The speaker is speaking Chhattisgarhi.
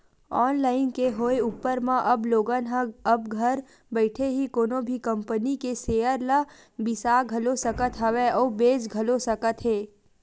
ऑनलाईन के होय ऊपर म अब लोगन ह अब घर बइठे ही कोनो भी कंपनी के सेयर ल बिसा घलो सकत हवय अउ बेंच घलो सकत हे